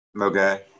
Okay